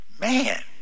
man